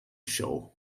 show